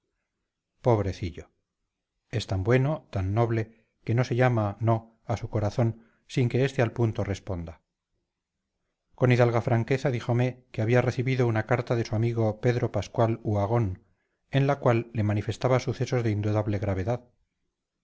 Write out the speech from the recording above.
pobrecillo es tan bueno tan noble que no se llama no a su corazón sin que este al punto responda con hidalga franqueza díjome que había recibido una carta de su amigo pedro pascual uhagón en la cual le manifestaba sucesos de indudable gravedad